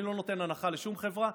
אני לא נותן הנחה לשום חברה.